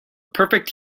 perfect